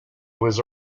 was